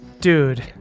Dude